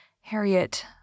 Harriet